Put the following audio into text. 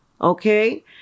Okay